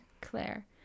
Claire